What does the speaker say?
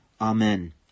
Amen